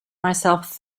myself